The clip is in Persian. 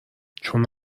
چون